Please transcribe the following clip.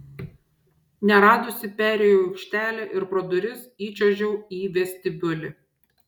neradusi perėjau aikštelę ir pro duris įčiuožiau į vestibiulį